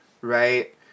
Right